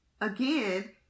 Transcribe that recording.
again